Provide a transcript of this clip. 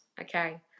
Okay